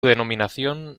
denominación